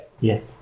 Yes